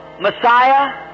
Messiah